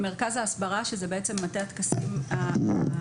מרכז ההסברה שזה בעצם מטה הטקסים הלאומיים